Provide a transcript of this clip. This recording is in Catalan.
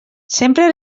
sempre